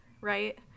right